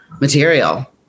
material